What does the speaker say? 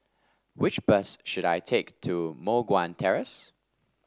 which bus should I take to Moh Guan Terrace